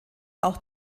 auch